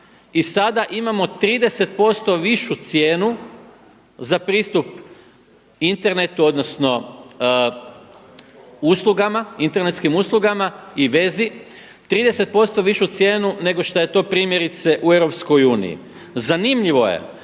I sada imamo 30% višu cijenu za pristup internetu odnosno uslugama, internetski uslugama i vezi, 30% višu cijenu nego što je to primjerice u EU. zanimljivo je